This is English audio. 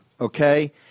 okay